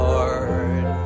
Lord